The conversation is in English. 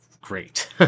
great